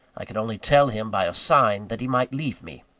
i could only tell him by a sign that he might leave me,